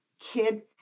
kid